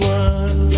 one